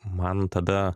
man tada